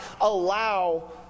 allow